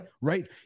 Right